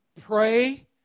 Pray